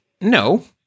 no